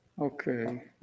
Okay